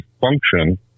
function